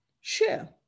Share